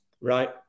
Right